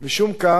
משום כך,